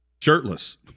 Shirtless